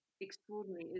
extraordinary